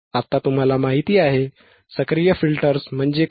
आता तुम्हाला माहिती आहे सक्रिय फिल्टर्स म्हणजे काय